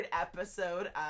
episode